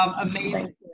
amazing